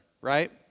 right